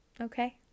Okay